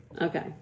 Okay